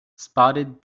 spotted